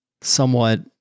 somewhat